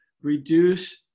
reduce